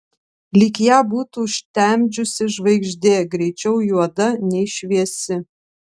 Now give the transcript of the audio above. lyg ją būtų užtemdžiusi žvaigždė greičiau juoda nei šviesi